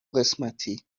قسمتی